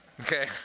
okay